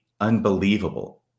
unbelievable